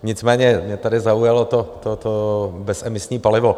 Nicméně mě tady zaujalo to bezemisní palivo.